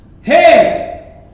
Hey